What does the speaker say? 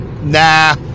Nah